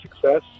success